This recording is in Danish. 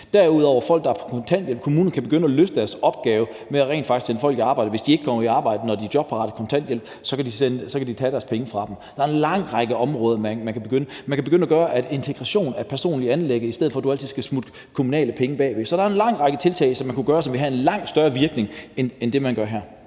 begynde at løfte deres opgave med rent faktisk at sende folk i arbejde. Hvis de ikke kommer i arbejde, når de er jobparate og på kontanthjælp, kan de tage deres penge fra dem. Der er en lang række områder, man kan begynde på. Man kan begynde at gøre det sådan, at integration er et personligt anliggende, i stedet for at man altid skal smutte kommunale penge ind bagved. Så der er en lang række tiltag, man kunne tage, og som ville have en langt større virkning end det, man gør her.